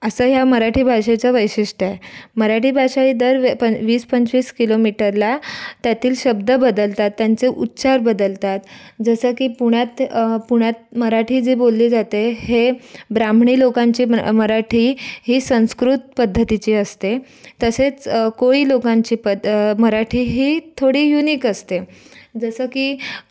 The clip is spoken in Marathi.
असं ह्या मराठी भाषेचं वैशिष्ट्य आहे मराठी भाषा ही दर प वीस पंचवीस किलोमीटरला त्यातील शब्द बदलतात त्यांचे उच्चार बदलतात जसं की पुण्यात पुण्यात मराठी जे बोलले जाते हे ब्राह्मणी लोकांचे मराठी ही संस्कृत पद्धतीची असते तसेच कोळी लोकांची पद्द मराठी ही थोडी युनिक असते जसं की